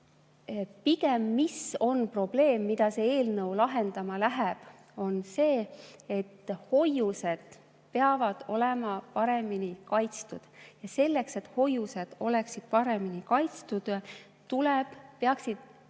ei lähe. Probleem, mida see eelnõu lahendama läheb, on pigem see, et hoiused peavad olema paremini kaitstud. Selleks, et hoiused oleksid paremini kaitstud, peaks neil